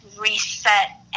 reset